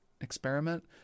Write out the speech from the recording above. experiment